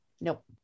Nope